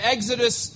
Exodus